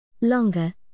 Longer